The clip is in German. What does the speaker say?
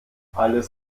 alles